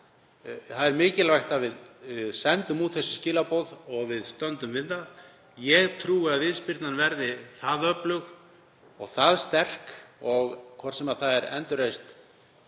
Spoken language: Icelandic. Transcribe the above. Það er mikilvægt að við sendum út þau skilaboð og að við stöndum við það. Ég trúi að viðspyrnan verði það öflug og sterk, hvort sem það er vegna endurreisnar